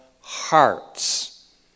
hearts